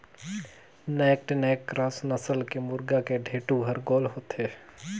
naked neck cross नसल के मुरगा के ढेंटू हर गोल होथे